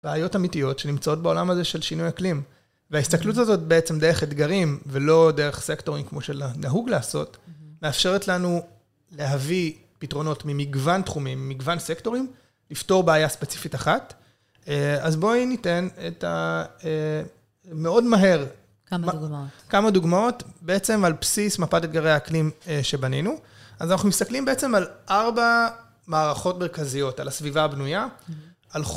בעיות אמיתיות שנמצאות בעולם הזה של שינוי אקלים. וההסתכלות הזאת בעצם דרך אתגרים ולא דרך סקטורים, כמו שנהוג לעשות, מאפשרת לנו להביא פתרונות ממגוון תחומים, מגוון סקטורים, לפתור בעיה ספציפית אחת. אז בואי ניתן את המאוד מהר... כמה דוגמאות בעצם על בסיס מפת אתגרי האקלים שבנינו. אז אנחנו מסתכלים בעצם על ארבע מערכות מרכזיות, על הסביבה הבנויה, על...